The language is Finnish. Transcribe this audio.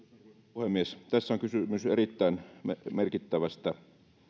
puhemies tässä on kysymys erittäin merkittävästä